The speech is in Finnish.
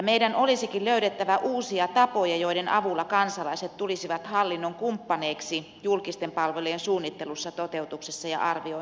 meidän olisikin löydettävä uusia tapoja joiden avulla kansalaiset tulisivat hallinnon kumppaneiksi julkisten palveluiden suunnittelussa toteutuksessa ja arvioinnissa